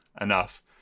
enough